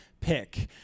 pick